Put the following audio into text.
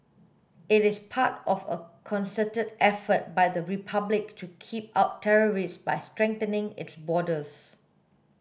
it is part of a concerted effort by the Republic to keep out terrorists by strengthening its borders